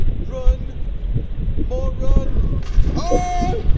run more run ohhh!